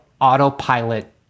autopilot